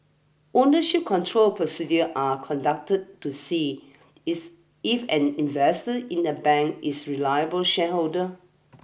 ownership control procedures are conducted to see is if an investor in a bank is a reliable shareholder